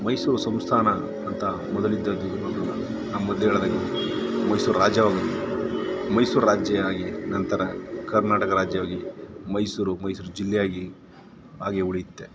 ಮೈಸೂರು ಸಂಸ್ಥಾನ ಅಂತ ಮೊದಲಿದ್ದದ್ದು ನಮ್ಮದೇ ಆದ ಮೈಸೂರು ರಾಜ್ಯವಾಗಿತ್ತು ಮೈಸೂರು ರಾಜ್ಯ ಆಗಿ ನಂತರ ಕರ್ನಾಟಕ ರಾಜ್ಯವಾಗಿ ಮೈಸೂರು ಮೈಸೂರು ಜಿಲ್ಲೆಯಾಗಿ ಹಾಗೆ ಉಳಿಯುತ್ತೆ